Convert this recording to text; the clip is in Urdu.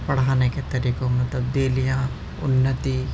پڑھانے کے طریقوں میں ڈیلی تبدیلیاں انتی